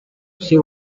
she